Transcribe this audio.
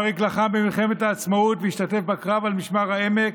אריק לחם במלחמת העצמאות והשתתף בקרב על משמר העמק,